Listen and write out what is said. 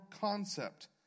concept